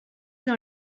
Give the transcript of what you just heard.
dans